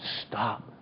stop